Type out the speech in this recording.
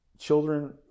Children